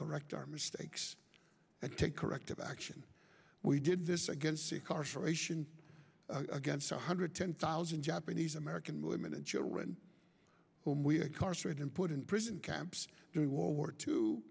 correct our mistakes and take corrective action we did this against the harsh ration against one hundred ten thousand japanese american women and children whom we had car straight and put in prison camps during world war two